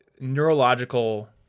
neurological